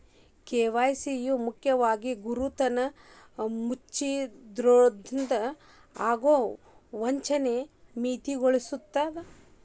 KYC ಮುಖ್ಯವಾಗಿ ಗುರುತನ್ನ ಮುಚ್ಚಿಡೊದ್ರಿಂದ ಆಗೊ ವಂಚನಿ ಮಿತಿಗೊಳಿಸ್ತದ